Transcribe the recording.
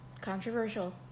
Controversial